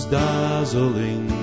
dazzling